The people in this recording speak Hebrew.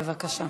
בבקשה.